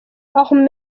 ahmed